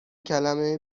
کلمه